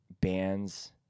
bands